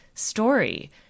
story